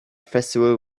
festival